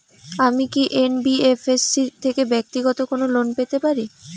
আমি কি এন.বি.এফ.এস.সি থেকে ব্যাক্তিগত কোনো লোন পেতে পারি?